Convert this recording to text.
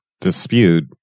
dispute